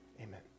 Amen